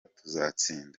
tuzatsinda